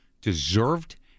deserved